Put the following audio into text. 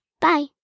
Bye